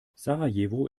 sarajevo